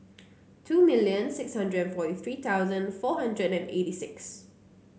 two million six hundred forty three thousand four hundred and eighty six